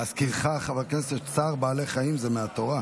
להזכירך, חבר הכנסת, צער בעלי חיים זה מהתורה.